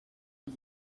ndi